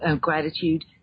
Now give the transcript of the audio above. gratitude